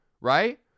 right